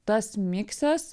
tas miksas